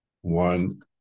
one